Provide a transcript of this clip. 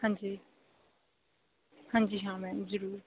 ਹਾਂਜੀ ਹਾਂਜੀ ਹਾਂ ਮੈਮ ਜ਼ਰੂਰ